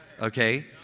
okay